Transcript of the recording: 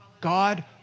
God